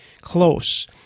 close